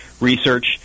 research